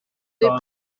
des